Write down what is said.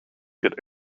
get